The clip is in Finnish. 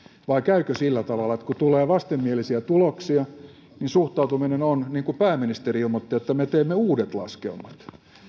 vai käykö sillä tavalla että kun tulee vastenmielisiä tuloksia niin suhtautuminen on niin kuin pääministeri ilmoitti että me teemme uudet laskelmat